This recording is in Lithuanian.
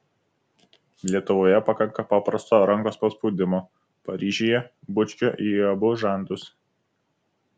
lietuvoje pakanka paprasto rankos paspaudimo paryžiuje bučkio į abu žandus